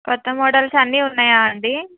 కొత్త మోడల్స్ అన్నీ ఉన్నాయా అండి